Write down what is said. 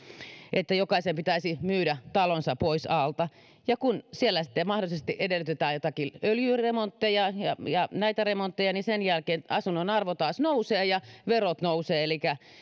että jokaisen pitäisi myydä talonsa pois alta ja kun siellä sitten mahdollisesti edellytetään joitakin öljyremontteja ja ja muita remontteja niin sen jälkeen asunnon arvo taas nousee ja verot nousevat elikkä